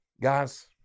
guys